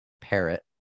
parrot